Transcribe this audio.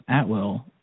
Atwell